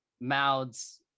mouths